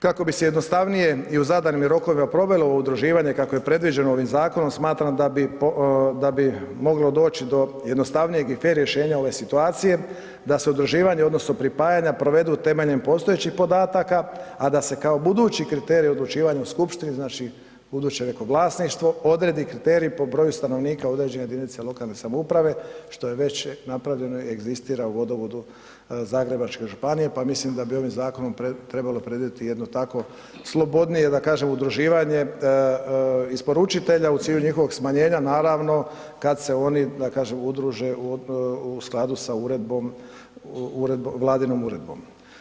Kako bi se jednostavnije i u zadanim rokovima provelo ovo udruživanje kako je predviđeno ovim zakonom, smatram da bi moglo doći do jednostavnijeg i fer rješenja ove situacije da se udruživanje odnosno pripajanja provedu temeljem postojećih podataka, a da se kao budući kriteriji u odlučivanju u skupštini, znači, buduće neko vlasništvo, odredi kriterij po broju stanovnika određene jedinice lokalne samouprave, što je već napravljeno, egzistira u Vodovodu zagrebačke županije, pa mislim da bi ovim zakonom trebalo predvidjeti jedno takvo slobodnije, da kažem, udruživanje isporučitelja u cilju njihovog smanjenja naravno kad se oni, da kažem, udruže u skladu sa Vladinom uredbom.